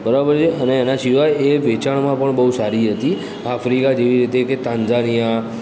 બરાબર છે અને એના સિવાય એ વેચાણમાં પણ બહુ સારી હતી આફ્રિકા જેવી રીતે કે તાંઝાનિયા